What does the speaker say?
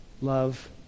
love